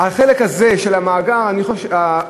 החלק הזה של המאגר נמצא,